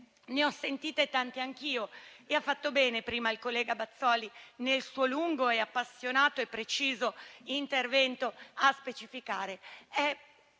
Ne ho sentite tante anch'io. Ha fatto bene prima il collega Bazoli, nel suo lungo, appassionato e preciso intervento, a specificare.